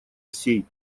всей